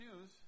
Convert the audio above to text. news